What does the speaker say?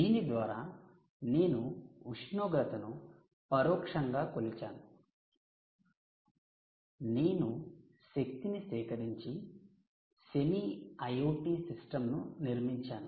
దీని ద్వారా నేను ఉష్ణోగ్రతను పరోక్షంగా కొలిచాను నేను శక్తిని సేకరించి సెమీ IoT సిస్టమ్ ను నిర్మించాను